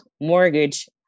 mortgage